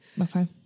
Okay